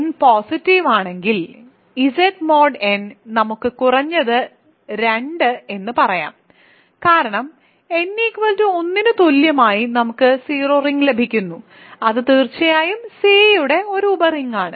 n positive ആണെങ്കിൽ Z mod n നമുക്ക് കുറഞ്ഞത് 2 എന്ന് പറയാം കാരണം n 1 ന് തുല്യമായ നമുക്ക് 0 റിങ് ലഭിക്കുന്നു അത് തീർച്ചയായും C യുടെ ഒരു ഉപ റിങ്ങാണ്